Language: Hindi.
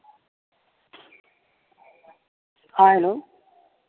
हाँ हेलो